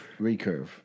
Recurve